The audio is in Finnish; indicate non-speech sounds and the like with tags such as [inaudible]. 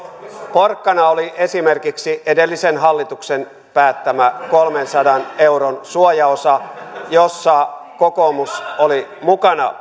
porkkana oli esimerkiksi edellisen hallituksen päättämä kolmensadan euron suojaosa jossa kokoomus oli mukana [unintelligible]